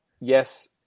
yes